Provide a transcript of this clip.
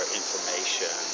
information